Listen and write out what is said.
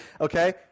okay